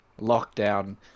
lockdown